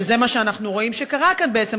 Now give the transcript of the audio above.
שזה מה שאנחנו רואים שקרה כאן בעצם,